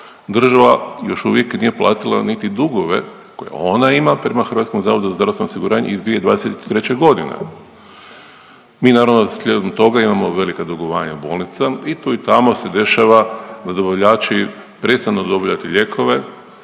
Država još uvijek nije platila niti dugove koje ona ima prema HZZO-u iz 2023.g.. Mi naravno slijedom toga imamo velika dugovanja bolnicama i tu i tamo se dešava da dobavljači prestanu dobavljati lijekove,